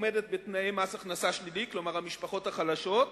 בתנאי מס הכנסה שלילי, כלומר, המשפחות החלשות,